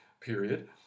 period